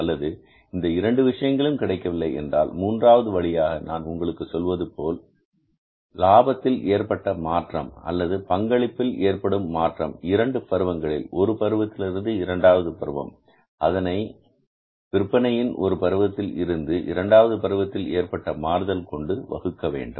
அல்லது இந்த இரண்டு விஷயங்களும் கிடைக்கவில்லை என்றால் மூன்றாவது வழியாக நான் உங்களுக்கு சொன்னது போல் லாபத்தில் ஏற்பட்ட மாற்றம் அல்லது பங்களிப்பில் ஏற்படும் மாற்றம் 2 பருவங்களில் ஒரு பருவத்திலிருந்து இரண்டாவது பருவம் அதை விற்பனையில் ஒரு பருவத்தில் இருந்து இரண்டாவது பருவத்தில் ஏற்பட்ட மாறுதல் கொண்டு வகுக்க வேண்டும்